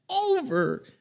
over